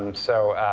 um so